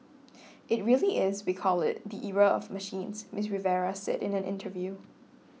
it really is we call it the era of machines Miss Rivera said in an interview